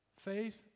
Faith